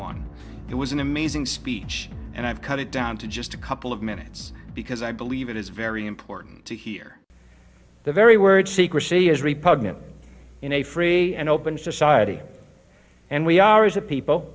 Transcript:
one it was an amazing speech and i've cut it down to just a couple of minutes because i believe it is very important to hear the very word secrecy is repugnant in a free and open society and we are as a people